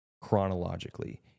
chronologically